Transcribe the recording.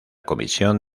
comisión